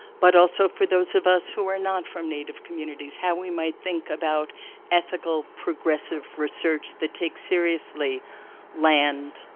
but also for those of us who are not from native communities, how we might think about ethical progressive research that takes seriously land,